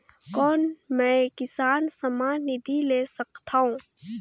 कौन मै किसान सम्मान निधि ले सकथौं?